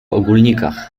ogólnikach